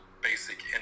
basic